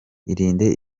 irinde